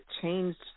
changed